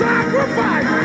Sacrifice